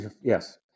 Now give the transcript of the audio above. Yes